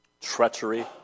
treachery